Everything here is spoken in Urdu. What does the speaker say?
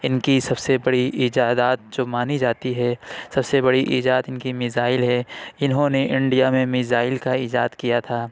اِن كی سب سے بڑی ایجادات جو مانی جاتی ہے سب سے بڑی ایجاد اِن كی میزائل ہے اِنہوں نے انڈیا میں میزائل كا ایجاد کیا تھا